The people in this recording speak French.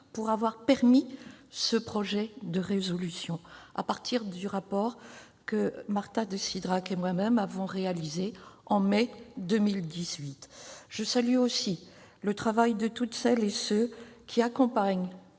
la rédaction de ce projet de résolution à partir du rapport que Marta de Cidrac et moi-même avons réalisé en mai 2018. Je salue aussi le travail de celles et ceux qui accompagnent